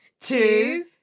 two